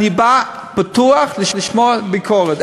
אני בא פתוח לשמוע ביקורת.